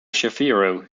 shapiro